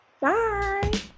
Bye